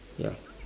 ya